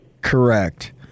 Correct